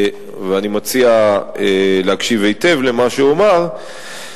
ואני מציע להקשיב היטב למה שאומר,